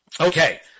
Okay